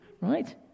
right